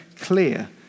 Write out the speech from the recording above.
clear